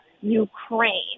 Ukraine